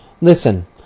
Listen